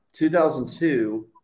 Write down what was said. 2002